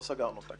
לא סגרנו אותה.